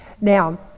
Now